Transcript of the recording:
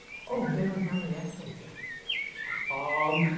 oh, has anyone found her the exploits yet? yeah um